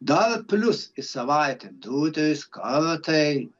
dar plius į savaitę du trys kartai